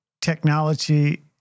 technology